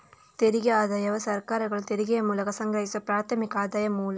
ತೆರಿಗೆ ಆದಾಯವು ಸರ್ಕಾರಗಳು ತೆರಿಗೆಯ ಮೂಲಕ ಸಂಗ್ರಹಿಸುವ ಪ್ರಾಥಮಿಕ ಆದಾಯದ ಮೂಲ